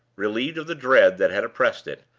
relieved of the dread that had oppressed it,